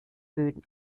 böden